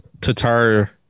Tatar